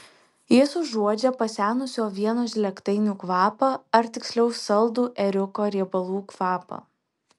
jis užuodžia pasenusių avienos žlėgtainių kvapą ar tiksliau saldų ėriuko riebalų kvapą